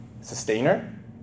sustainer